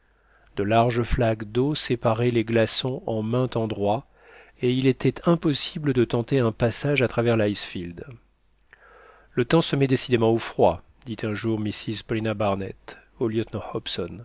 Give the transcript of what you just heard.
de larges flaques d'eau séparaient les glaçons en maint endroit et il était impossible de tenter un passage à travers l'icefield le temps se met décidément au froid dit un jour mrs paulina barnett au lieutenant